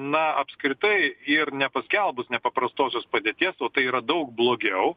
na apskritai ir nepaskelbus nepaprastosios padėties o tai yra daug blogiau